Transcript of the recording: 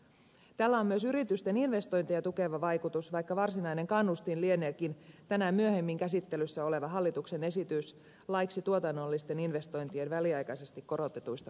tällä on myös yritysten investointeja tukeva vaikutus vaikka varsinainen kannustin lieneekin tänään myöhemmin käsittelyssä oleva hallituksen esitys laiksi tuotannollisten investointien väliaikaisesti korotetuista poistoista